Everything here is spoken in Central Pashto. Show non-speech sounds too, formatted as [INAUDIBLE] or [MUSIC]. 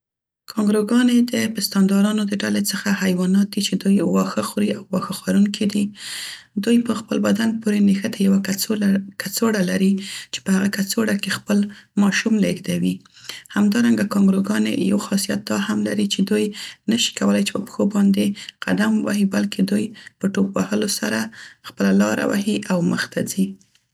[UNINTELLIGIBLE] کانګروګانې د پستاندارانو د ډلې څخه حیوانات دي چې دوی واښه خوري او واښه خوړونکي دي. دوی په خپل بدن پورې نښتې یوه کڅوړه لري، چې په هغه کڅوړه کې خپل ماشوم لیږدوي. همدارنګه کانګروګانې یو خاصیت دا هم لري چې نشي کولای چې په پښو باندې قدم ووهي بلکې دوی په ټوپ وهلو سره خپله لاره وهي او مخته ځي.